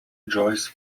joyce